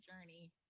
journey